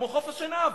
כמו חוף-השנהב,